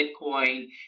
Bitcoin